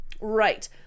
Right